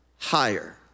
higher